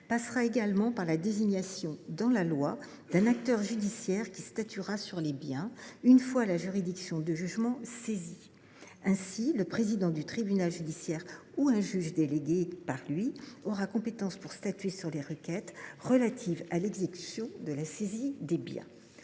passera également par la désignation, dans la loi, d’un acteur judiciaire qui statuera sur les biens une fois la juridiction de jugement saisie. Ainsi, le président du tribunal judiciaire, ou un juge délégué par lui, aura compétence pour statuer sur les requêtes relatives à l’exécution de la saisie des biens.